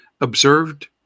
observed